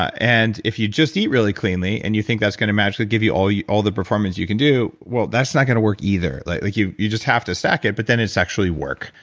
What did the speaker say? and if you just eat really cleanly, and you think that's going to magically give you all you all the performance you can do, well that's not going to work either. like like you you just have to stack it, but then it's actually work.